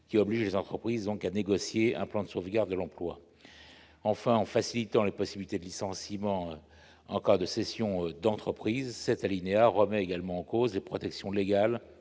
qui oblige les entreprises donc à négocier un plan de sauvegarde de l'emploi, enfin en facilitant les possibilités de licenciement en cas de cession d'entreprise cet alinéa remet également en cause les protections légales